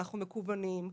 אנחנו מקוונים.